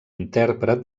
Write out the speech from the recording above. intèrpret